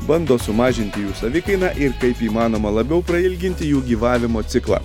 bando sumažinti jų savikainą ir kaip įmanoma labiau prailginti jų gyvavimo ciklą